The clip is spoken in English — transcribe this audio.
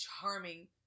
charming